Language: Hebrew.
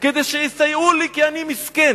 כדי שיסייעו לי, כי אני מסכן.